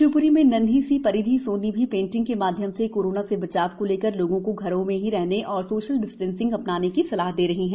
शिवपुरी में नन्ही सी परिधि सोनी भी पेंटिंग के माध्यम से कोरोना से बचाव को लेकर लोगों को घरों में ही रहने व सोशल डिस्टेंसिंग अपनाने की सलाह दे रही है